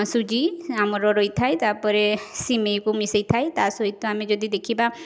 ସୁଜି ଆମର ରହିଥାଏ ତାପରେ ସିମେଇକୁ ମିଶାଇ ଥାଏ ତା ସହିତ ଆମେ ଯଦି ଦେଖିବା